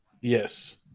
yes